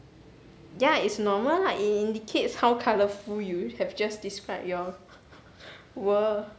ya it's normal lah it indicates how colourful you have just describe your world